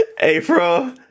April